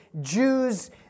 Jews